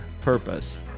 purpose